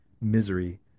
misery